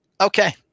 Okay